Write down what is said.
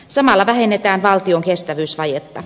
samalla vähennetään valtion kestävyysvajetta